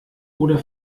oder